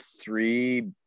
three